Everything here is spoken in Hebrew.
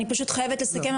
אני פשוט חייבת לסכם,